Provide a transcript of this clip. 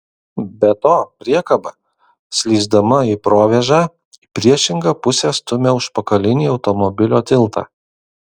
be to priekaba slysdama į provėžą į priešingą pusę stumia užpakalinį automobilio tiltą